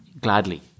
Gladly